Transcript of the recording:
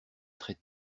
très